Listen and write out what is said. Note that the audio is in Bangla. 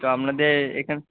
তো আপনাদের এখান